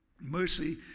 Mercy